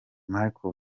marco